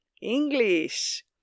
English